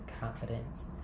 confidence